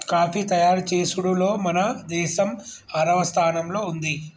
coffee తయారు చేసుడులో మన దేసం ఆరవ స్థానంలో ఉంది